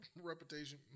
reputation